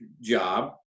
job